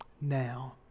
now